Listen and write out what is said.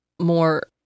more